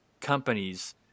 companies